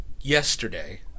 yesterday